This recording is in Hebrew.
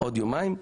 בעוד יומיים.